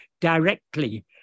directly